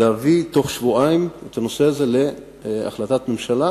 להביא תוך שבועיים את הנושא הזה להחלטת ממשלה,